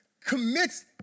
commits